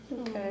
Okay